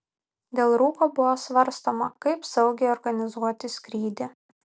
dėl rūko buvo svarstoma kaip saugiai organizuoti skrydį